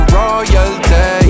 royalty